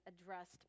addressed